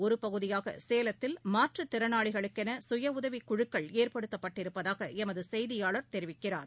ஒருபகுதியாகசேலத்தில் மாற்றுத் திறனாளிகளுக்கென சுய உதவிக் இதன் குழுக்கள் ஏற்படுத்தப்பட்டிருப்பதாகளமதுசெய்தியாளர் தெரிவிக்கிறார்